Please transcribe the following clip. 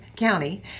county